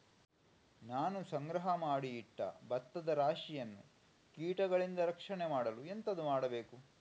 ನಾನು ಸಂಗ್ರಹ ಮಾಡಿ ಇಟ್ಟ ಭತ್ತದ ರಾಶಿಯನ್ನು ಕೀಟಗಳಿಂದ ರಕ್ಷಣೆ ಮಾಡಲು ಎಂತದು ಮಾಡಬೇಕು?